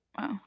Wow